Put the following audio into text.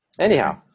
Anyhow